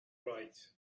right